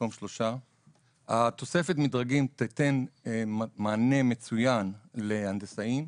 במקום 3. תופסת המדרגים תיתן מענה מצוין להנדסאים.